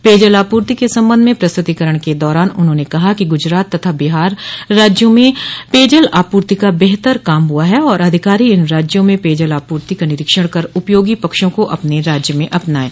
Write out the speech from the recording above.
पेयजल आपूर्ति के संबंध में प्रस्तुतीकरण के दौरान उन्होंने कहा कि गुजरात तथा बिहार राज्यों में पेयजल आपूर्ति का बेहतर काम हुआ है और अधिकारी इन राज्यों में पेयजल आपूर्ति का निरीक्षण कर उपयोगी पक्षों को अपने राज्य में अपनाये